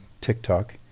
TikTok